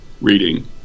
reading